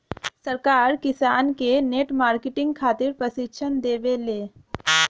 सरकार किसान के नेट मार्केटिंग खातिर प्रक्षिक्षण देबेले?